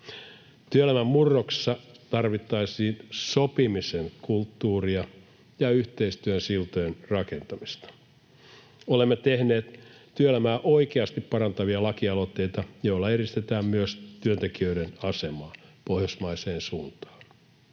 Työelämän murroksessa tarvittaisiin sopimisen kulttuuria ja yhteistyösiltojen rakentamista. Olemme tehneet työelämää oikeasti parantavia lakialoitteita, joilla edistetään myös työntekijöiden asemaa pohjoismaiseen suuntaan.